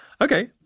Okay